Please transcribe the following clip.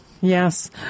Yes